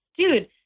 dude